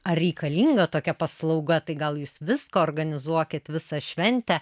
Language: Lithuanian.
ar reikalinga tokia paslauga tai gal jūs visko organizuokit visą šventę